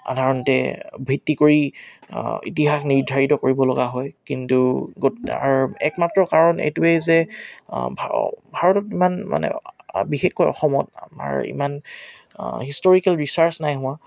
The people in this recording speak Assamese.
সাধাৰণতে ভিত্তি কৰি ইতিহাস নিৰ্ধাৰিত কৰিব লগা হয় কিন্তু তাৰ একমাত্ৰ কাৰণ এইটোৱে যে ভা ভাৰতত ইমান মানে বিশেষকৈ অসমত আমাৰ ইমান হিষ্টৰিকেল ৰিছাৰ্চ নাই হোৱা